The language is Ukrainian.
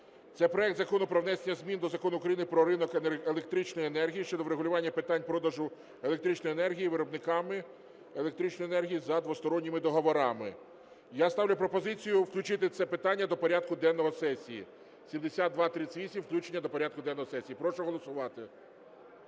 Це проект Закону про внесення змін до Закону України "Про ринок електричної енергії" щодо врегулювання питань продажу електричної енергії виробниками електричної енергії за двосторонніми договорами. Я ставлю пропозицію включити це питання до порядку денного сесії, 7238 – включення до порядку денного сесії. Прошу голосувати.